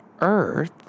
Earth